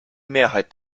mehrheit